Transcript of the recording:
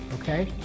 okay